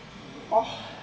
!wah!